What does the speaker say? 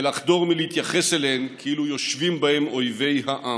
ולחדול מלהתייחס אליהן כאילו יושבים בהן אויבי העם.